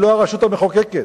היא לא הרשות המחוקקת.